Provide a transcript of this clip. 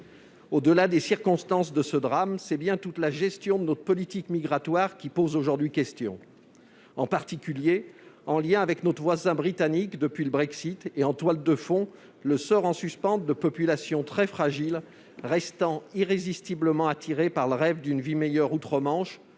Au-delà des circonstances de ce drame, c'est bien toute la gestion de notre politique migratoire qui pose aujourd'hui question, en particulier en lien avec notre voisin britannique depuis le Brexit, avec, en toile de fond, le sort en suspens de populations très fragiles, qui restent irrésistiblement attirées par le rêve d'une vie meilleure outre-Manche